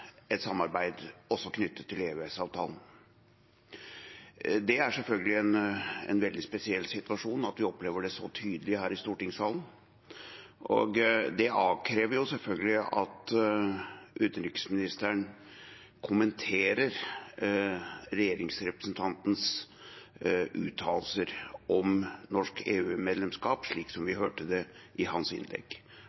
et samarbeid også knyttet til EØS-avtalen. Det er selvfølgelig en veldig spesiell situasjon, at vi opplever det så tydelig her i stortingssalen, og det krever selvfølgelig at utenriksministeren kommenterer regjeringsrepresentantens uttalelser om norsk EU-medlemskap, slik som vi